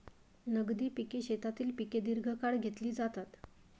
नगदी पिके शेतीतील पिके दीर्घकाळ घेतली जातात